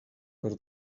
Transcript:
per